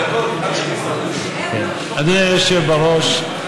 אדוני היושב בראש,